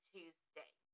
Tuesday